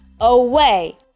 away